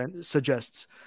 suggests